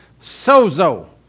sozo